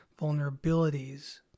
vulnerabilities